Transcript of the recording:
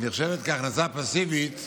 היא נחשבת הכנסה פסיבית